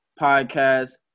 podcast